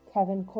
Kevin